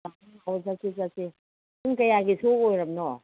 ꯍꯣꯏ ꯆꯠꯁꯤ ꯆꯠꯁꯤ ꯄꯨꯡ ꯀꯌꯥꯒꯤ ꯁꯣ ꯑꯣꯏꯔꯕꯅꯣ